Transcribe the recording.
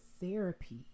therapy